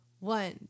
One